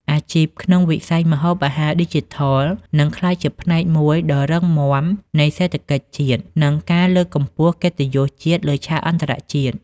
អាជីពក្នុងវិស័យម្ហូបអាហារឌីជីថលនឹងក្លាយជាផ្នែកមួយដ៏រឹងមាំនៃសេដ្ឋកិច្ចជាតិ និងការលើកកម្ពស់កិត្តិយសជាតិលើឆាកអន្តរជាតិ។